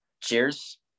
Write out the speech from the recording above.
Cheers